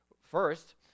First